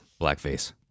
Blackface